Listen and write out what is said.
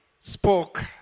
spoke